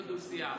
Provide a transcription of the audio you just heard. מתת-אלוף לרמטכ"ל.